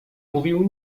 mówił